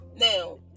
now